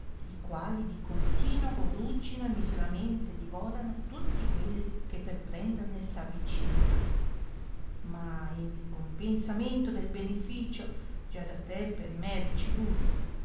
i quali di continovo raggino e miseramente divorano tutti quelli che pei prenderne s'avicinano ma in ricompensamento del beneficio già da te per me ricevuto